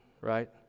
right